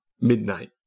Midnight